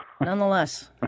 Nonetheless